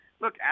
look